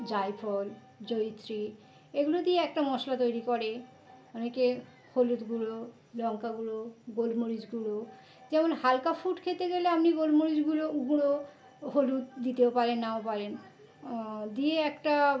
জায়ফল জয়িত্রী এগুলো দিয়ে একটা মশলা তৈরি করে অনেকে হলুদ গুঁড়ো লঙ্কা গুঁড়ো গোলমরিচ গুঁড়ো যেমন হালকা ফুড খেতে গেলে আপনি গোলমরিচ গুলো গুঁড়ো হলুদ দিতেও পারেন নাও পারেন দিয়ে একটা